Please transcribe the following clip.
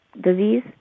disease